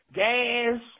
gas